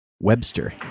Webster